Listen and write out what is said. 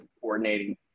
coordinating